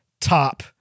top